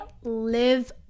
live